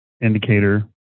indicator